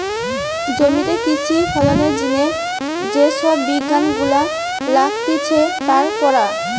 জমিতে কৃষি ফলনের জিনে যে সব বিজ্ঞান গুলা লাগতিছে তার পড়া